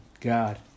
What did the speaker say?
God